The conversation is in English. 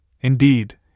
indeed